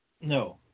No